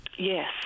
Yes